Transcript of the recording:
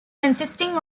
consisting